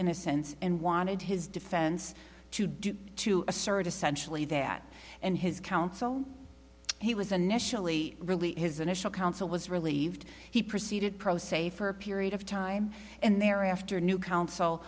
innocence and wanted his defense to do to assert essentially that in his counsel he was a nationally really his initial counsel was relieved he proceeded pro se for a period of time and thereafter new counsel